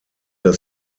das